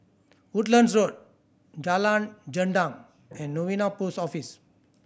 Woodlands Road Jalan Gendang and Novena Post Office